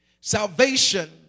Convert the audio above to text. Salvation